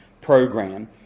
program